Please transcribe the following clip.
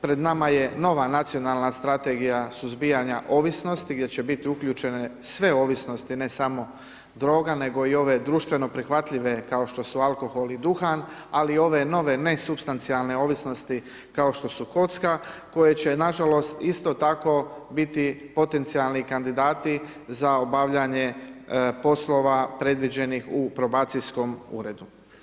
Pred nama je nova Nacionalna strategija suzbijanja ovisnosti, gdje će biti uključene sve ovisnosti, ne samo droga, nego i ove društveno prihvatljive, kao što su alkohol i duhan, ali i ove nove, nesupstancijalne ovisnosti, kao što su kocka, koje će nažalost isto tako biti potencijalni kandidati za obavljanje poslova predviđenih u probacijskom uredu.